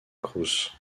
cruz